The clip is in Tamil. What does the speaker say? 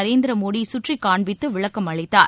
நரேந்திர மோடி கற்றிக் காண்பித்து விளக்கம் அளித்தார்